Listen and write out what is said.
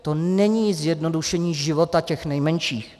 To není zjednodušení života těch nejmenších.